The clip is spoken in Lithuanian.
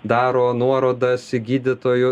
daro nuorodas į gydytojų